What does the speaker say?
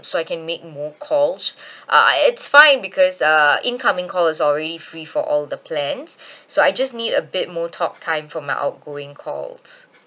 so I can make more calls uh it's fine because uh incoming call is already free for all the plans so I just need a bit more talk time for my outgoing calls